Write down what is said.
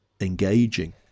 engaging